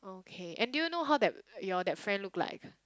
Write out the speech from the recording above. okay and do you know how that your that friend look like